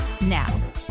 now